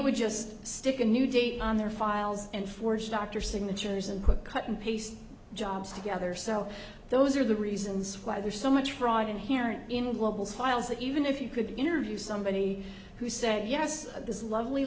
would just stick a new date on their files and forged dr signatures and put cut and paste jobs together so those are the reasons why there's so much fraud inherent in global files that even if you could interview somebody who said yes this lovely